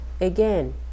again